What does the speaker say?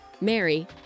Mary